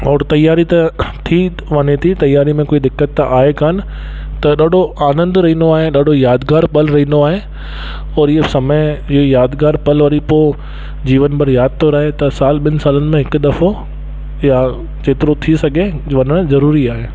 और तियारी त थी वञे थी तियारी में कोई दिक़त त आहे कान त ॾाढो आनंद रहंदो आहे ॾाढो यादगारु रहंदो आहे और इहो समय इहो यादगार पल वरी पोइ जीवन भर यादि थो रहे त साल ॿिनि सालनि में हिकु दफ़ो या जेतिरो थी सघे वञणु ज़रूरी आहे